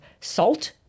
salt